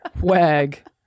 wag